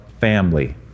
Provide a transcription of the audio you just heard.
family